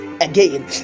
again